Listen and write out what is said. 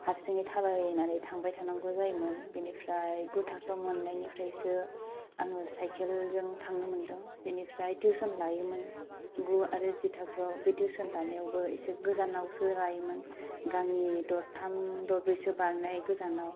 हारसिङै थाबायनानै थांबाय थानांगौ जायोमोन बेनिफ्राय गु थाखो मोन्नायनिफ्रायसो आङो साइकेलजों थांनो मोनदों बेनिफ्राय टिउसन लायोमोन गु आरो जि थाखोआव बे टिउसन लानायावबो एसे गोजानावसो लायोमोन गामि दरथाम दरब्रैसो बारनाय गोजानाव